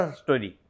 story